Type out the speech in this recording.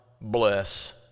bless